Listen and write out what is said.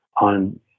on